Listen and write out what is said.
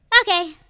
Okay